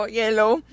yellow